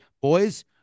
boys